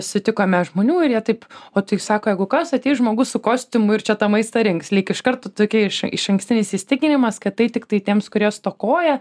sutikome žmonių ir jie taip o tai sako jeigu kas ateis žmogus su kostiumu ir čia tą maistą rinks lyg iš karto tokie iš išankstinis įsitikinimas kad tai tiktai tiems kurie stokoja